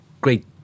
great